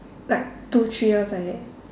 like two three years like that